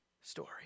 story